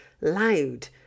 loud